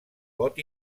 vot